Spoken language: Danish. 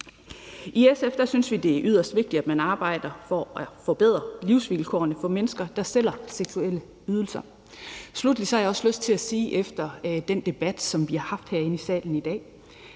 I SF synes vi, det er yderst vigtigt, at man arbejder for at forbedre livsvilkårene for mennesker, der sælger seksuelle ydelser. Sluttelig har jeg også lyst til at sige efter den debat, som vi har haft herinde i salen i dag,